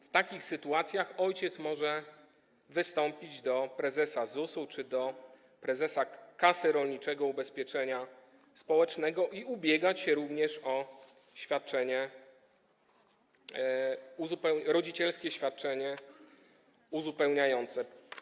W takich sytuacjach ojciec może wystąpić do prezesa ZUS czy do prezesa Kasy Rolniczego Ubezpieczenia Społecznego i ubiegać się również o rodzicielskie świadczenia uzupełniające.